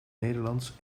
nederlands